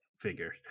Figure